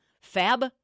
Fab